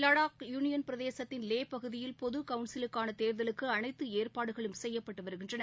Ladakh union பிரதேசத்தின் லே பகுதியில் பொது கவுன்சிலுக்கான தேர்தலுக்கு அனைத்து ஏற்பாடுகளும் செய்யப்பட்டு வருகின்றன